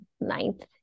ninth